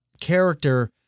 character